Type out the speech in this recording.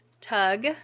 tug